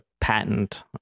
patent